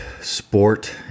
sport